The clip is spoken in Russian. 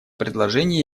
предложение